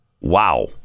Wow